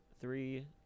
three